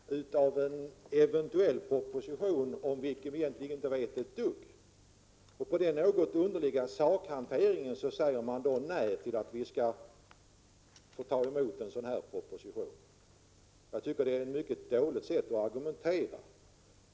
Herr talman! Ingrid Hasselström Nyvall gör här någon sorts sakvärdering av en eventuell proposition, om vilken vi egentligen inte vet ett dugg. Med denna underliga sakhantering säger hon nej till att riksdagen skall ta emot en sådan proposition. Det är ett mycket dåligt sätt att argumentera.